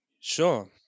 sure